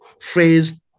phrase